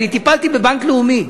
אני טיפלתי בבנק לאומי.